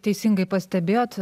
teisingai pastebėjot